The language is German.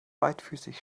beidfüßig